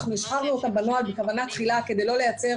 אנחנו השחרנו אותם בנוהל בכוונה תחילה כדי לא לייצר